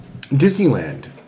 Disneyland